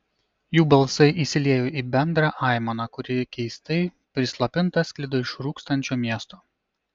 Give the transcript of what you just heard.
jų balsai įsiliejo į bendrą aimaną kuri keistai prislopinta sklido iš rūkstančio miesto